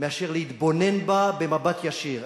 מאשר להתבונן בה במבט ישיר.